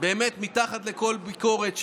באמת מתחת לכל ביקורת,